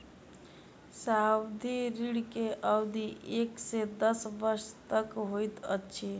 सावधि ऋण के अवधि एक से दस वर्ष तक होइत अछि